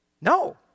No